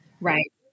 Right